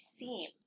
seem